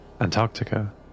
Antarctica